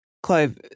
Clive